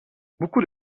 beaucoup